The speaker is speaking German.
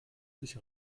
sich